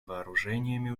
вооружениями